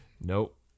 Nope